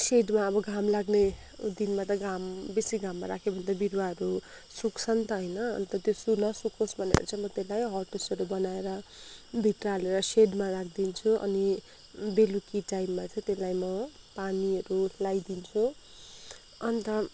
सेडमा अब घाम लाग्ने दिनमा त घाम बेसी घाममा राख्यो भने त बिरुवाहरू सुक्छ नि त होइन अन्त त्यो सु नसुकोस् भनेर चाहिँ म त्यसलाई हट हाउसहरू बनाएर भित्र हालेर सेडमा राखिदिन्छु अनि बेलुकी टाइममा चाहिँ त्यसलाई म पानीहरू लगाइदिन्छु अन्त